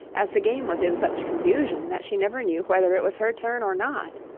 as the game was in such confusion that she never knew whether it was her turn or not.